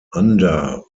under